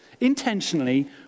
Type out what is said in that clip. intentionally